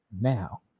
Now